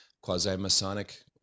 quasi-masonic